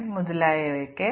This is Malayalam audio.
ഇത് ഒരു മൊഡ്യൂളും ആകാം